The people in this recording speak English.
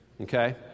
Okay